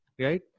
right